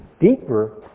deeper